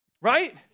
Right